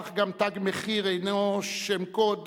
כך גם "תג מחיר" אינו שם קוד